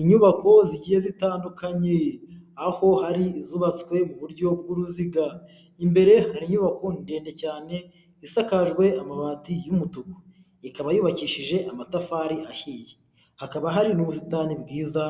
Inyubako zigiye zitandukanye aho ari zubatswe mu buryo bw'uruziga imbere nyubako ndende cyane yasakajwe amabati y'umutuku ikaba yubakishije amatafari ahiye hakaba hari n'ubusitani bwiza